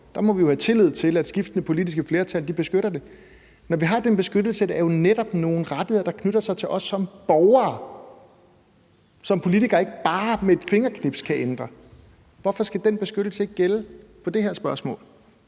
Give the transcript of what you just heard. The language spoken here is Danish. Der må vi jo have tillid til, at skiftende politiske flertal beskytter det. Når vi har den beskyttelse, er det jo, fordi det netop er nogle rettigheder, der knytter sig til os som borgere, og som politikere ikke bare med et fingerknips kan ændre. Hvorfor skal den beskyttelse ikke gælde for det her spørgsmål?